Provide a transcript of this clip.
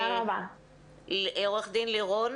עו"ד לירון